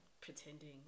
pretending